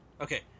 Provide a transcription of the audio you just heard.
Okay